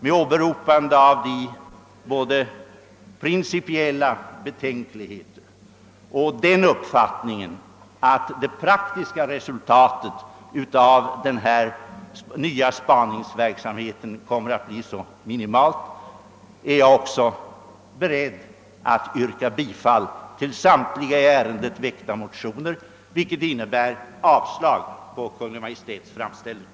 Med åberopande av både de principiella betänkligheterna och den uppfattningen, att det praktiska resultatet av den nya spaningsverksamheten kommer att bli minimalt, är jag beredd att yrka bifall till samtliga i ärendet väckta motioner, vilket innebär avslag på Kungl. Maj:ts framställning.